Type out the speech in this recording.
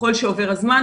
ככל שעובר הזמן,